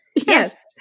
Yes